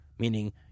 Meaning